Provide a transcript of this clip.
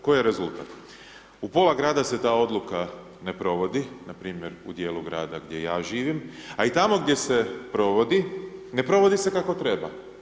Koji je rezultat u pola grada se ta odluka ne provodi npr. u dijelu grada gdje ja živim, a i tamo gdje se provodi ne provodi se kako treba.